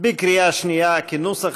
בקריאה שנייה, כנוסח